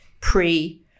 pre